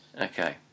Okay